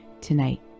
Tonight